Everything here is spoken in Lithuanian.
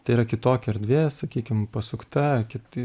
tai yra kitokia erdvė sakykim pasukta kiti